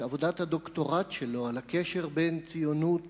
שבעבודת הדוקטורט שלו על הקשר בין הציונות